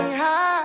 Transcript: high